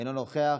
אינו נוכח,